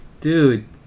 dude